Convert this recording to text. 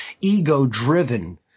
ego-driven